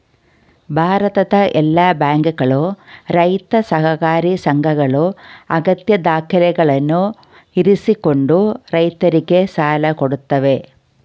ಭಾರತದ ಎಲ್ಲಾ ಬ್ಯಾಂಕುಗಳು, ರೈತ ಸಹಕಾರಿ ಸಂಘಗಳು ಅಗತ್ಯ ದಾಖಲೆಗಳನ್ನು ಇರಿಸಿಕೊಂಡು ರೈತರಿಗೆ ಸಾಲ ಕೊಡತ್ತವೆ